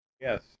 Yes